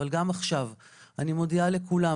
אבל גם עכשיו, אני מודיעה לכולם